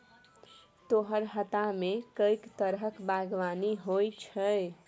तोहर हातामे कैक तरहक बागवानी होए छौ